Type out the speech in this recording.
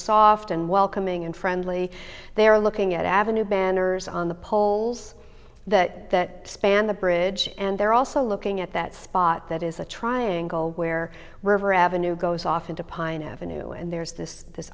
soft and welcoming and friendly they are looking at avenue banners on the poles that span the bridge and they're also looking at that spot that is the triangle where river avenue goes off into pine avenue and there's this this